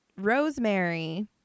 Rosemary